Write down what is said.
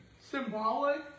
Symbolic